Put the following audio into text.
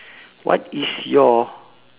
what is your